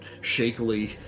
shakily